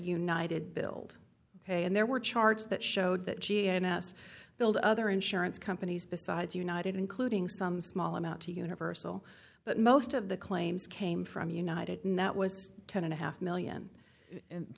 build ok and there were charts that showed that g m s build other insurance companies besides united including some small amount to universal but most of the claims came from united and that was ten and a half million